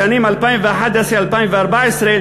לשנים 2011 2014,